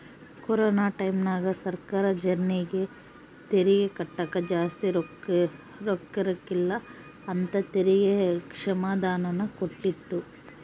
corona ಟೈಮ್ಯಾಗ ಸರ್ಕಾರ ಜರ್ನಿಗೆ ತೆರಿಗೆ ಕಟ್ಟಕ ಜಾಸ್ತಿ ರೊಕ್ಕಿರಕಿಲ್ಲ ಅಂತ ತೆರಿಗೆ ಕ್ಷಮಾದಾನನ ಕೊಟ್ಟಿತ್ತು